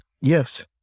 yes